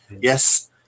yes